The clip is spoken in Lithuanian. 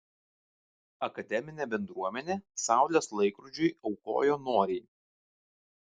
akademinė bendruomenė saulės laikrodžiui aukojo noriai